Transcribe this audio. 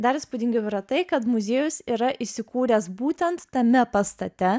dar įspūdingiau yra tai kad muziejus yra įsikūręs būtent tame pastate